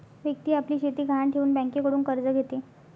व्यक्ती आपली शेती गहाण ठेवून बँकेकडून कर्ज घेते